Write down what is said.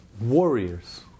warriors